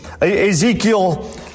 Ezekiel